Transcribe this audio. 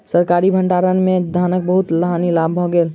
सरकारी भण्डार में धानक बहुत हानि भ गेल